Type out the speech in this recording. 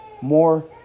more